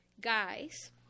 guys